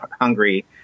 Hungary